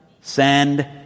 send